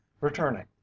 Returning